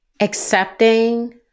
Accepting